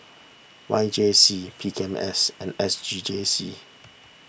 Y J C P K M S and S C G C